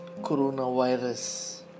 coronavirus